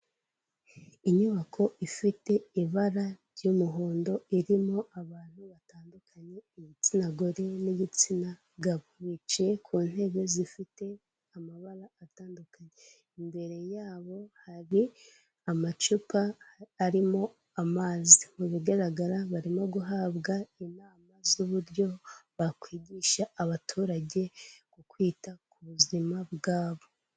Inyubako ifite ibara ry'umuhondo irimo abantu batandukanye, igitsina gore n'igitsina gabo bicaye ku ntebe zifite amabara atandukanye, imbere yabo hari amacupa arimo amazi, mu bigaragara barimo guhabwa inama z'uburyo bakwigisha abaturage ku kwita ku buzima bwabo.